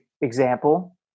example